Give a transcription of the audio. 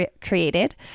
created